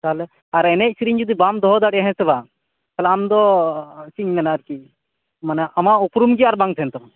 ᱛᱟᱦᱚᱞᱮ ᱟᱨ ᱮᱱᱮᱡ ᱥᱮᱨᱮᱧ ᱡᱩᱫᱤ ᱵᱟᱢ ᱫᱚᱦᱚᱫᱟᱲᱮ ᱦᱮᱸᱥᱮ ᱵᱟᱝ ᱛᱟᱦᱚᱞᱮ ᱟᱢᱫᱚᱻ ᱪᱮᱫ ᱤᱧ ᱢᱮᱱᱟ ᱟᱨᱠᱤ ᱢᱟᱱᱮ ᱟᱢᱟᱜ ᱩᱯᱩᱨᱩᱢ ᱜᱮ ᱟᱨ ᱵᱟᱝ ᱛᱮᱦᱮᱱᱟ ᱛᱟᱢᱟ